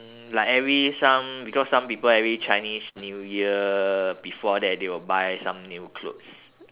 mm like every some because some people every chinese new year before that they will buy some new clothes